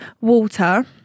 water